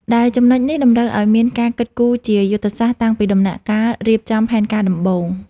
ដែលចំណុចនេះតម្រូវឱ្យមានការគិតគូរជាយុទ្ធសាស្ត្រតាំងពីដំណាក់កាលរៀបចំផែនការដំបូង។